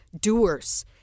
doers